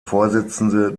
vorsitzende